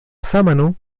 sámano